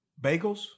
bagels